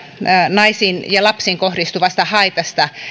naisiin ja lapsiin kohdistuvasta haitasta